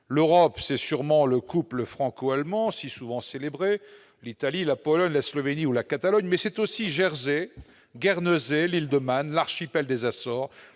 L'Europe, c'est, bien sûr, le couple franco-allemand, si souvent célébré, c'est l'Italie, la Pologne, la Slovénie ou la Catalogne, mais c'est aussi Jersey, Guernesey, l'île de Man, l'archipel des Açores,